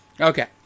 Okay